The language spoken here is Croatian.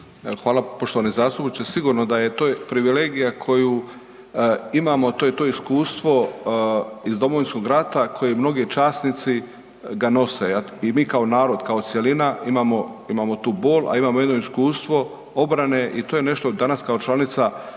Hvala poštovani zastupniče. Sigurno da je to privilegija koju imamo, to iskustvo iz Domovinskog rata koje mnogi časnici ga nose i mi kao narod kao cjelina imamo tu bol, a imamo jedno iskustvo obrane i to je nešto danas kao članica